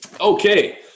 Okay